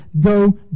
go